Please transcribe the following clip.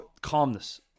calmness